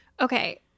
Okay